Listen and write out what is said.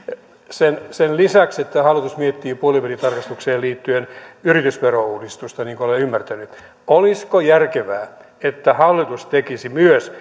sen sen lisäksi että hallitus miettii puolivälitarkastukseen liittyen yritysverouudistusta niin kuin olen ymmärtänyt olisiko järkevää että hallitus tekisi myös